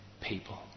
people